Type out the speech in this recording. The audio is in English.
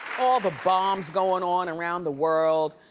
all the bombs going on around the world.